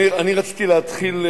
אני רציתי להתחיל,